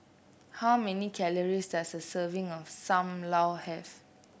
how many calories does a serving of Sam Lau have